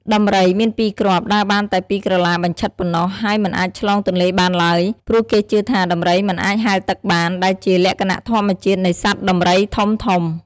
ដំរី មានពីរគ្រាប់ ដើរបានតែពីរក្រឡាបញ្ឆិតប៉ុណ្ណោះ ហើយមិនអាចឆ្លងទន្លេបានឡើយ ព្រោះគេជឿថាដំរីមិនអាចហែលទឹកបាន ដែលជាលក្ខណៈធម្មជាតិនៃសត្វដំរីធំៗ។